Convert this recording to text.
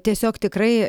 tiesiog tikrai